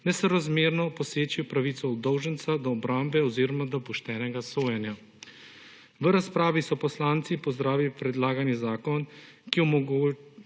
nesorazmerno poseči v pravico obdolženca do obrambe oziroma do poštenega sojenja. V razpravi so poslanci pozdravili predlagani zakon, ki bo